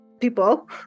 people